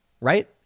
right